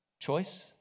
choice